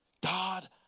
God